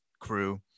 crew